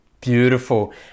Beautiful